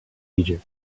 egypt